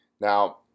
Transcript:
Now